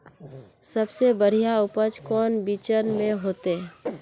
सबसे बढ़िया उपज कौन बिचन में होते?